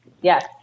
Yes